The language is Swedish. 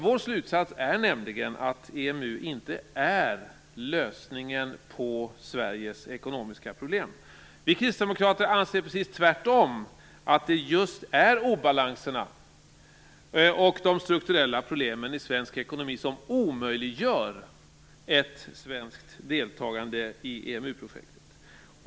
Vår slutsats är nämligen att EMU inte är lösningen på Sveriges ekonomiska problem. Vi kristdemokrater anser tvärtom att det just är obalanserna och de strukturella problemen i svensk ekonomi som omöjliggör ett svenskt deltagande i EMU-projektet.